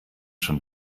schon